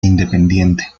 independiente